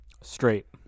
Straight